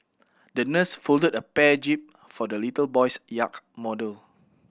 the nurse folded a bear jib for the little boy's yacht model